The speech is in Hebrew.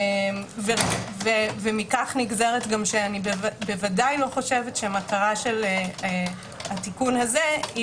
אני ודאי לא חושבת שהמטרה של התיקון הזה היא